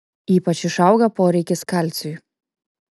ypač išauga poreikis kalciui